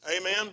Amen